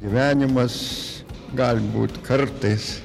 gyvenimas galbūt kartais